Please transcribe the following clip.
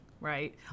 right